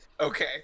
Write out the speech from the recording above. Okay